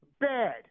bad